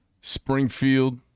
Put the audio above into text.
Springfield